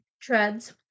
treads